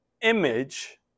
image